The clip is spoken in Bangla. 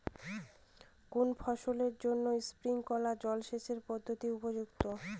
কোন ফসলের জন্য স্প্রিংকলার জলসেচ পদ্ধতি উপযুক্ত?